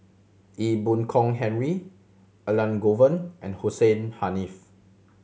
Ee Boon Kong Henry Elangovan and Hussein Haniff